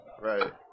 Right